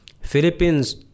Philippines